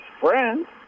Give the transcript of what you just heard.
friends